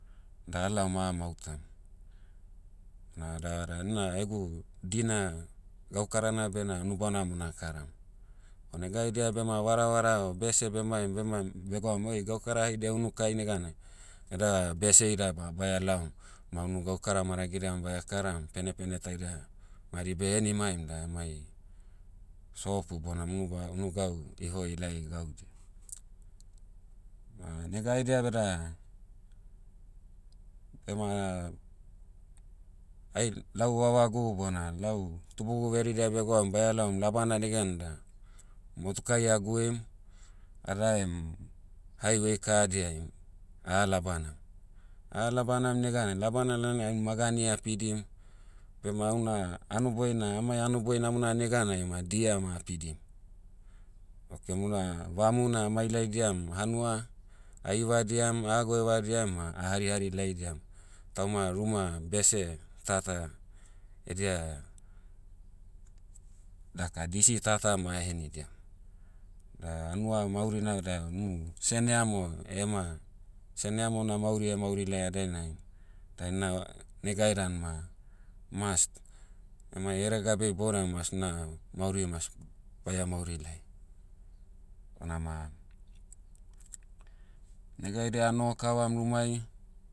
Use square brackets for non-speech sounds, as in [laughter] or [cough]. Da alaom ah mahutam. Na da vada na egu, dina, gaukarana bena unubana mo nakaram. O nega haidia bema varavara o bese bemaim- bemaim begwaum oi gaukara haidia unukai neganai, nada bese ida ba- baia laom, ma unu gaukara maragidia ma baia karam penepene taida madi behenimaim da emai, sopu bona muba- unu gau, ihoi lai gaudia. [hesitation] nega haidia beda, bema, ai- lau vavagu bona lau tubugu veridia begwaum baia laom labana negan da, motukai aguim, adaem, highway kahadiai, aha labanam. Aha labanam negana labana lana ai magani apidim, bema una hanoboi na amai hanoboi namona neganai ma dia ma apidim. Okemuna, vamu na amai laidiam hanua, aivadiam aha goevadiam ma aharihari laidiam, tauma ruma bese tata, edia, daka disi tata ma ahenidiam. Da hanua maurina da nu, sene amo ema, sene amo na mauri emauri laia dainai, da ina negai dan ma, must, emai eregabe ibodai must na, mauri must, baia mauri lai. Bonama, nega haidia anoho kavam rumai,